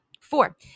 four